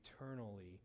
eternally